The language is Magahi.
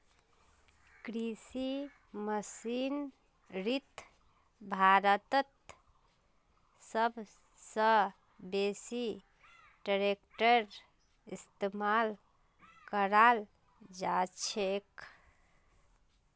कृषि मशीनरीत भारतत सब स बेसी ट्रेक्टरेर इस्तेमाल कराल जाछेक